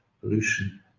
pollution